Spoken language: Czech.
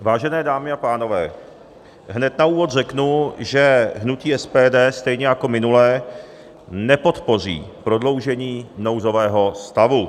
Vážené dámy a pánové, hned na úvod řeknu, že hnutí SPD stejně jako minule nepodpoří prodloužení nouzového stavu.